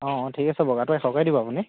অঁ ঠিক আছে বগাটো এশকে দিব আপুনি